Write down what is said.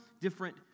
different